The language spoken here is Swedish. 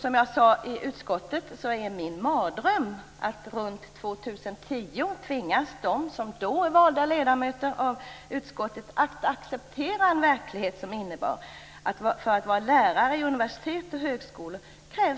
Som jag sade i utskottet är min mardröm att de som runt år 2010 är valda ledamöter av utskottet tvingas att acceptera en verklighet som innebär att det för att vara lärare vid universitet och högskolor